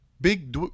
big